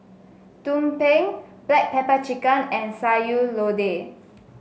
Tumpeng Black Pepper Chicken and Sayur Lodeh